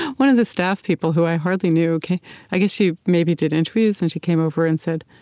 one of the staff people who i hardly knew i guess she maybe did entries and she came over and said,